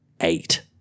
eight